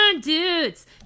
Dudes